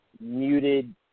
muted